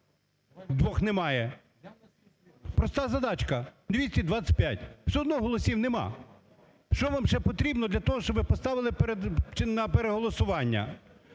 Двох немає. Проста задачка – 225. Все одно голосів нема. Що вам ще потрібно для того, щоб ви поставили на переголосування?